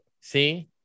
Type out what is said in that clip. see